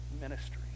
ministry